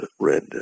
red